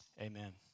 amen